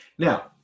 Now